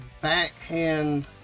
backhand